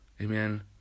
amen